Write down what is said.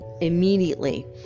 immediately